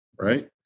right